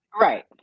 right